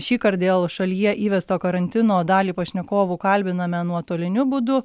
šįkart dėl šalyje įvesto karantino dalį pašnekovų kalbiname nuotoliniu būdu